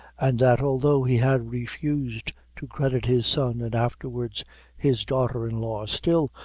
and that although he had refused to credit his son and afterwards his daughter-in-law, still,